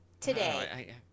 Today